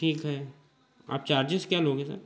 ठीक है आप चार्जेस क्या लोगे सर